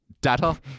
data